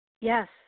Yes